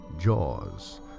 Jaws